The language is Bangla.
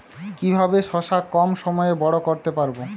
কিভাবে শশা কম সময়ে বড় করতে পারব?